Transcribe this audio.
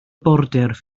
border